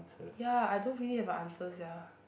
ya I don't really have an answer sia